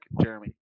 Jeremy